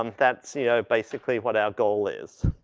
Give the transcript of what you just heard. um that's, you know, basically what our goal is.